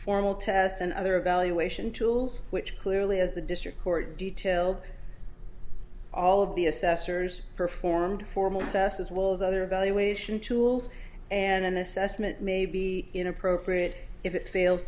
formal tests and other evaluation tools which clearly is the district court detail all of the assessors performed formals us as well as other valuation tools and an assessment may be inappropriate if it fails